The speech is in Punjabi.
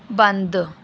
ਬੰਦ